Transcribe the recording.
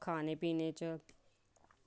खाने पीने च